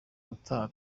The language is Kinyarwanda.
ubutaha